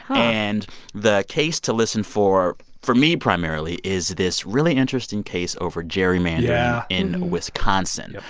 and the case to listen for for me, primarily is this really interesting case over gerrymandering yeah in wisconsin.